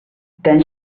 then